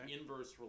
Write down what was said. inverse